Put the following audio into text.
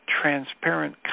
transparent